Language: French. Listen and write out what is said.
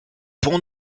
pont